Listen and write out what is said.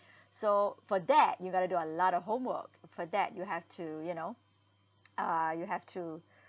so for that you got to do a lot of homework for that you have to you know uh you have to